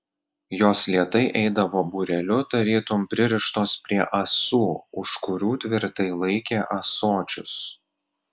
jos lėtai eidavo būreliu tarytum pririštos prie ąsų už kurių tvirtai laikė ąsočius